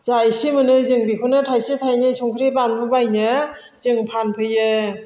जा इसे मोनो जों बेखौनो थाइसे थाइनै संख्रि बानलु बायनो जों फानफैयो